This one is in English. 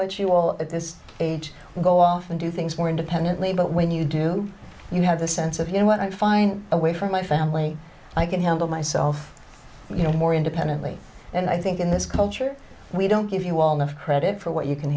much you all at this age go off and do things more independently but when you do you have the sense of you know what i find a way for my family i can handle myself you know more independently and i think in this culture we don't give you all no credit for what you can